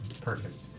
Perfect